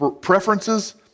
preferences